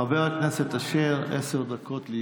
בבקשה, חבר הכנסת אשר, עשר דקות.